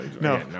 No